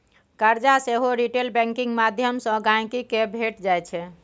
करजा सेहो retail banking माध्यमसँ गांहिकी केँ भेटि जाइ छै